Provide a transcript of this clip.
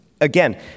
again